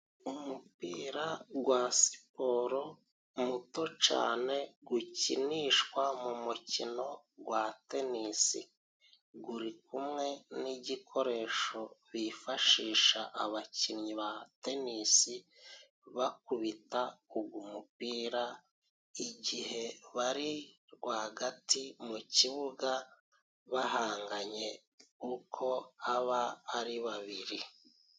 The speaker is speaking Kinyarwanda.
Umupira gwa siporo muto cane gukinishwa mu mukino gwa tenisi, guri kumwe n'igikoresho bifashisha abakinnyi ba tenisi bakubita ugo umupira ,igihe bari rwagati mu kibuga bahanganye uko aba ari babiri.